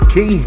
King